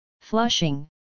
Flushing